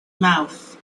mouth